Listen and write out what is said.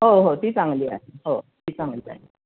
हो हो ती चांगली आहे हो ती चांगली आहे